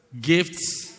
gifts